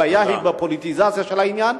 הבעיה היא בפוליטיזציה של העניין.